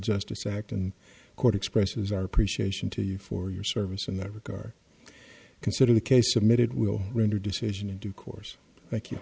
justice act and court expresses our appreciation to you for your service in that regard consider the case submitted will render decision in due course thank you